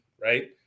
right